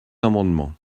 amendements